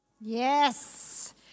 Yes